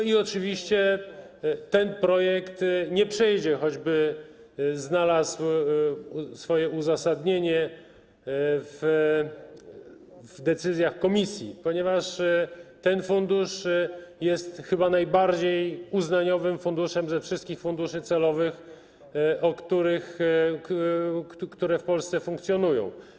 I oczywiście ten projekt nie przejdzie, choćby znalazł swoje uzasadnienie w decyzjach komisji, ponieważ ten fundusz jest chyba najbardziej uznaniowym funduszem ze wszystkich funduszy celowych, które w Polsce funkcjonują.